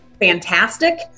fantastic